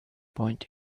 point